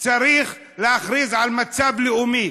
צריך להכריז על מצב לאומי.